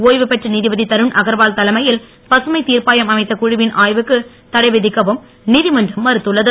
ஓய்வு பெற்ற நீதிபதி தருண் அகர்வால் தலைமையில் பசுமை திர்ப்பாயம் அமைத்த குழுவின் ஆய்வுக்கு தடை விதிக்கவும் நீதிமன்றம் மறுத்துள்ளது